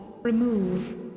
remove